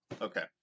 okay